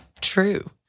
true